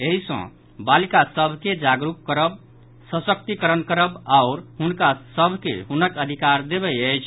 एहि सँ बालिका सभ के जागरूक करब सशक्तिकरण करब आओर हुनका सभ के हुनक अधिकार देबय अछि